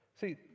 See